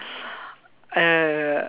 uh